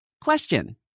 Question